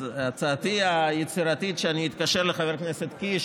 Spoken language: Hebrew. אז הצעתי היצירתית היא שאני אתקשר לחבר הכנסת קיש